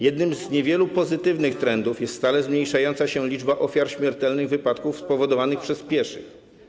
Jednym z niewielu pozytywnych trendów jest stale zmniejszająca się liczba ofiar śmiertelnych wypadków spowodowanych przez pieszych.